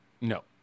No